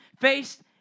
faced